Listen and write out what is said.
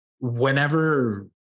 whenever